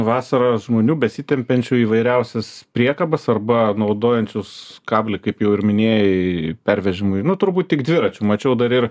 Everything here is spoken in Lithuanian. vasarą žmonių besitempiančių įvairiausias priekabas arba naudojančius kablį kaip jau ir minėjai pervežimui nu turbūt tik dviračiui mačiau dar ir